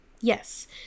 yes